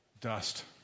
dust